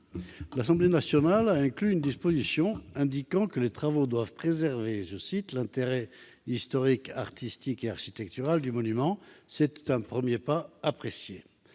L'Assemblée nationale a inclus une disposition, selon laquelle les travaux doivent préserver « l'intérêt historique, artistique et architectural du monument ». C'est un premier pas apprécié.